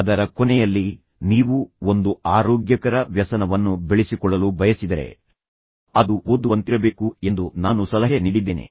ಅದರ ಕೊನೆಯಲ್ಲಿ ನೀವು ಒಂದು ಆರೋಗ್ಯಕರ ವ್ಯಸನವನ್ನು ಬೆಳೆಸಿಕೊಳ್ಳಲು ಬಯಸಿದರೆ ಅದು ಓದುವಂತಿರಬೇಕು ಎಂದು ನಾನು ಸಲಹೆ ನೀಡಿದ್ದೇನೆ